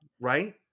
Right